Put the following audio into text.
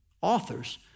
authors